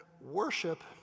worship